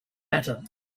matter